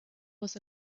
was